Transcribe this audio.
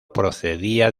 procedía